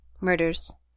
murders